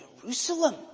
Jerusalem